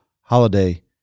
holiday